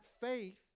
faith